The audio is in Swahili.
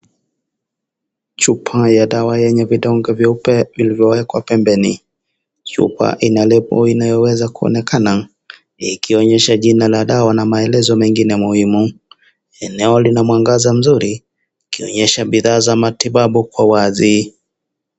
Chupa ya dawa yenye vidonge vyeupe vilivyoekwa pembeni, chupa ina lebo inayoweza kuonekana ikionyesha jina ya dawa na maelezo mengine muhimu eneo lina mwangaza mzuri ikionyesha bidhaa za matibabu kwa uwazi.